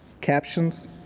captions